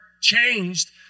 changed